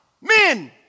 Men